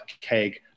keg